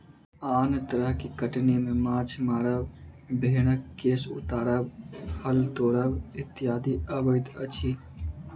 आन तरह के कटनी मे माछ मारब, भेंड़क केश उतारब, फल तोड़ब इत्यादि अबैत अछि